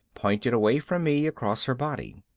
pointed away from me, across her body.